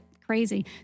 crazy